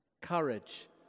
Courage